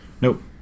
Nope